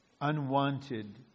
unwanted